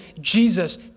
Jesus